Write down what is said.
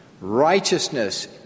Righteousness